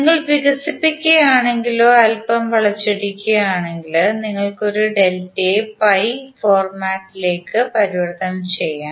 നിങ്ങൾ വികസിപ്പിക്കുകയാണെങ്കിലോ അല്പം വളച്ചൊടിക്കുകയാണെങ്കിൽ നിങ്ങൾക്ക് ഒരു ഡെൽറ്റയെ പൈ ഫോർമാറ്റിലേക്ക് പരിവർത്തനം ചെയ്യാം